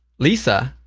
lisa,